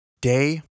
Day